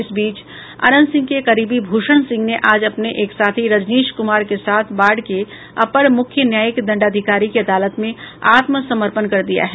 इस बीच अनंत सिंह के करीबी भूषण सिंह ने आज अपने एक साथी रजनीश कुमार के साथ बाढ़ के अपर मुख्य न्यायिक दंडाधिकारी की अदालत में आत्मसमर्पण कर दिया है